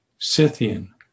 Scythian